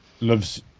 loves